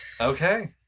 Okay